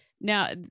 Now